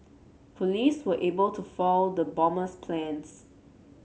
police were able to foil the bomber's plans